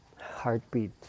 heartbeat